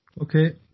Okay